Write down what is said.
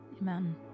Amen